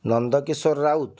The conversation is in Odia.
ନନ୍ଦକିଶୋର ରାଉତ